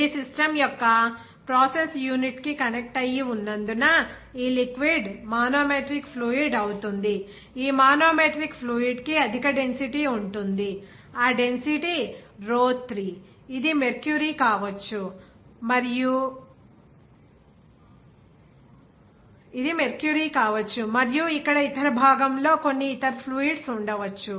ఇది సిస్టమ్ యొక్క process unit కు కనెక్ట్ అయ్యి ఉన్నందున ఈ లిక్విడ్ మానోమెట్రిక్ ఫ్లూయిడ్ అవుతుంది ఈ మానోమెట్రిక్ ఫ్లూయిడ్ కి అధిక డెన్సిటీ ఉంటుంది ఆ డెన్సిటీ rho 3 ఇది మెర్క్యూరీ కావచ్చు మరియు ఇక్కడ ఇతర భాగంలో కొన్ని ఇతర ఫ్లూయిడ్స్ ఉండవచ్చు